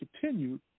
continued